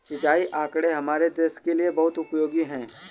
सिंचाई आंकड़े हमारे देश के लिए बहुत उपयोगी है